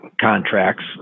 contracts